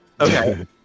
Okay